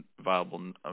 viable